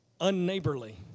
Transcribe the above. unneighborly